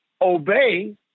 obey